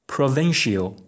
Provincial